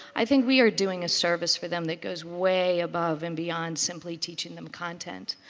i think we are doing a service for them that goes way above and beyond simply teaching them content.